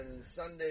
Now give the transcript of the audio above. sunday